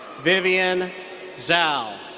vivian zhao.